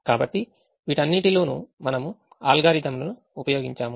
కాబట్టి వీటన్నిటిలోనూ మనము అల్గారిథమ్ లను ఉపయోగించాము